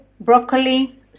broccoli